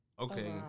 Okay